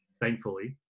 thankfully